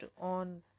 on